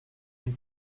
main